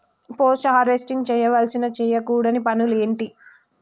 Post harvesting చేయవలసిన చేయకూడని పనులు ఏంటి?